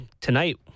Tonight